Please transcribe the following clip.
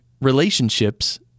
relationships